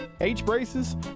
H-braces